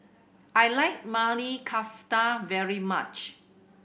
I like Maili Kofta very much